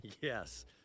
Yes